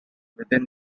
within